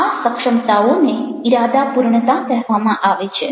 આ સક્ષમતાઓને ઇરાદાપૂર્ણતા કહેવામાં આવે છે